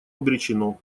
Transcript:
обречено